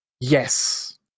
Yes